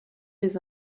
des